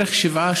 בערך שבעה,